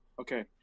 Okay